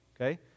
okay